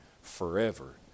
forever